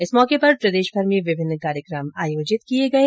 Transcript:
इस मौके पर प्रदेशभर में विभिन्न कार्यक्रम आयोजित किये गये